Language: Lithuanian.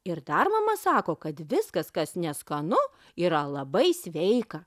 ir dar mama sako kad viskas kas neskanu yra labai sveika